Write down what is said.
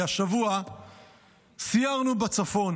כי השבוע סיירנו בצפון